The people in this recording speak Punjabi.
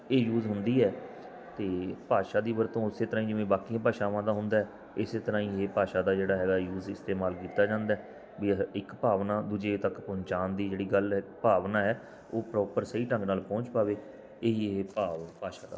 ਇਹ ਯੂਜ ਹੁੰਦੀ ਹੈ ਅਤੇ ਭਾਸ਼ਾ ਦੀ ਵਰਤੋਂ ਉਸੇ ਤਰ੍ਹਾਂ ਹੀ ਜਿਵੇਂ ਬਾਕੀਆਂ ਭਾਸ਼ਾਵਾਂ ਦਾ ਹੁੰਦਾ ਇਸੇ ਤਰ੍ਹਾਂ ਹੀ ਇਹ ਭਾਸ਼ਾ ਦਾ ਜਿਹੜਾ ਹੈਗਾ ਯੂਸ ਇਸਤੇਮਾਲ ਕੀਤਾ ਜਾਂਦਾ ਹੈ ਵੀ ਇਹ ਇੱਕ ਭਾਵਨਾ ਦੂਜੇ ਤੱਕ ਪਹੁੰਚਾਉਣ ਦੀ ਜਿਹੜੀ ਗੱਲ ਹੈ ਭਾਵਨਾ ਹੈ ਉਹ ਪ੍ਰੋਪਰ ਸਹੀ ਢੰਗ ਨਾਲ਼ ਪਹੁੰਚ ਪਾਵੇ ਇਹੀ ਇਹ ਭਾਵ ਭਾਸ਼ਾ ਦਾ ਹੋਇਆ ਕਰਦਾ